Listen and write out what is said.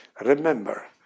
Remember